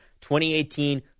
2018